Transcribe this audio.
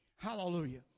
Hallelujah